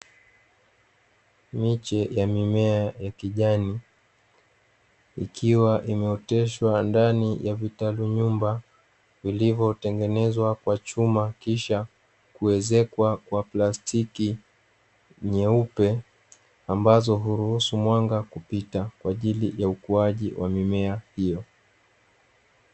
Miche ya mimea ya kijani ikiwa imeoteshwa ndani ya vitalu nyumba, vilivyo tengenezwa kwa chuma kisha kuezekwa kwa plastiki nyeupe, ambazo huruhusu mwanga kupita kwaajili ya ukuaji wa mimea hiyo.